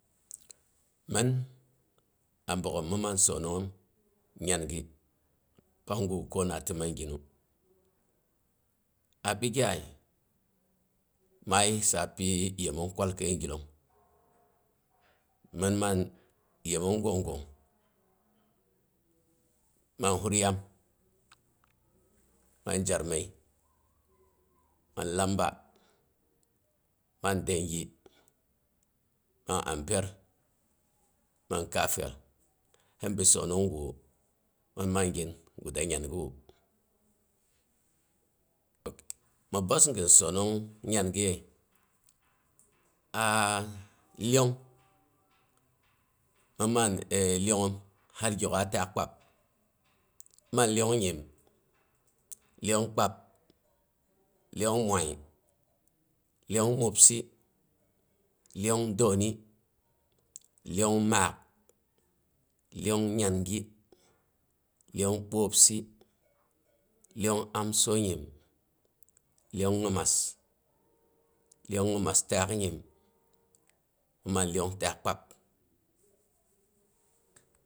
Mɨn a bogghom min man soonong nyangi pang gu koma ti man ginu. A bigyai ma yissa, pyi yemong kiral kəi gilong. min man yemong gung gung, man furyam, man jarmai, man lamba, man dengi man amper, man kafel sɨn bi sononggu min mangin guda nyangiwu, mi bəs gin soonong nyangiye lyong mɨn man lyong har gyok'a taak kpab, man lyong nyim, lyong kpab, lyong moi lyong mobsɨ, lyong dəini lyong maak, lyong nyangi, lyong bwoobsɨ, lyong amsonyin lyong nyimas, lyong ngimas taah nyim, man lyong taak kpab.